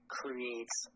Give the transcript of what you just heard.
creates